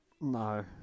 No